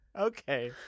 Okay